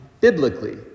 biblically